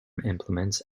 implements